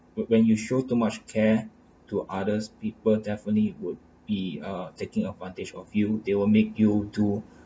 when when you show too much care to other's people definitely would be uh taking advantage of you they will make you do